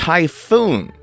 Typhoon